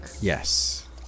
Yes